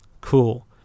cool